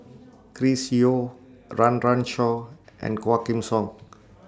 Chris Yeo Run Run Shaw and Quah Kim Song